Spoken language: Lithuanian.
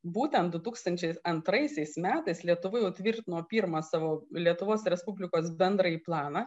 būtent du tūkstančiai antraisiais metais lietuva jau tvirtino pirmą savo lietuvos respublikos bendrąjį planą